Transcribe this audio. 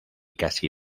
casi